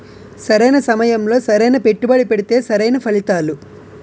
సరైన సమయంలో సరైన పెట్టుబడి పెడితే సరైన ఫలితాలు